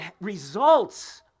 results